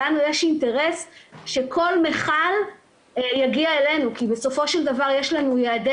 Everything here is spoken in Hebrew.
לנו יש אינטרס שכל מכל יגיע אלינו כי בסופו של דבר יש לנו יעדי